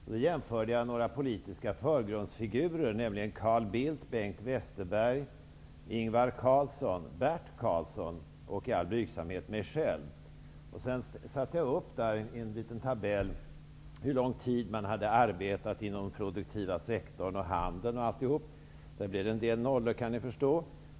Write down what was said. Jag jämför där några politiska förgrundsfigurer, nämligen Carl Bildt, Bengt Westerberg, Ingvar Carlsson, Bert Karlsson och -- i all blygsamhet -- mig själv. Jag satte upp i en tabell hur lång tid dessa olika personer hade arbetat inom den produktiva sektorn, inom handel osv. Det blev en del nollor, kan ni förstå!